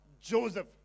Joseph